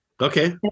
Okay